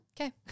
Okay